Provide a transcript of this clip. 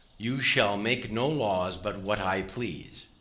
you shall make no laws but what i please.